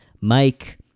Mike